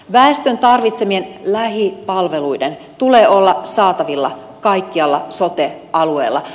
väestön tarvitsemien lähipalvelujen tulee olla saatavilla kaikkialla sote alueella